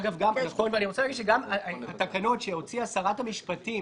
אגב, גם התקנות שהוציאה שרת המשפטים